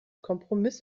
kompromiss